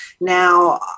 Now